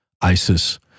ISIS-